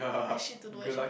I've shit to do actually